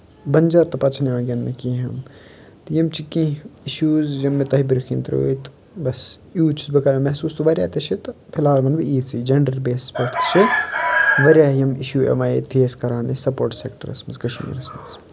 بنجَر تہٕ پَتہٕ چھِنہٕ یِوان گِنٛدنہٕ کِہیٖنۍ تہٕ یِم چھِ کینٛہہ اِشوٗز یِم مےٚ تۄہہِ بِرٛنٛہہ کِنۍ ترٛٲے تہٕ بَس یوٗت چھُس بہٕ کَران محسوٗس تہٕ واریاہ تہِ چھِ تہٕ فِلحال وَنہٕ بہٕ ییٖژٕے جَنڈَر بیسَس پٮ۪ٹھ چھِ واریاہ یِم اِشوٗ یِوان ییٚتہِ فیس کَران أسۍ سَپوٹٕس سٮ۪کٹَرَس منٛز کَشمیٖرَس منٛز